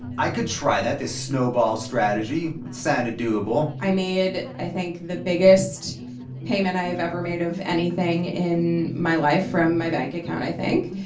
i could try that, this snowball strategy it sounded doable i made, i think, the biggest payment i've ever made of anything in my life from my bank account, i think.